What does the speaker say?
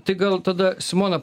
tai gal tada simona